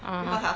(uh huh)